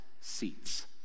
seats